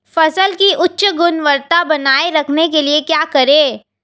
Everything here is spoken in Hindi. फसल की उच्च गुणवत्ता बनाए रखने के लिए क्या करें?